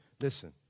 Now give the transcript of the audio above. Listen